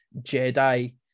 Jedi